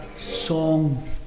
song